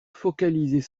focaliser